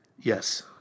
Yes